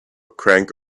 crank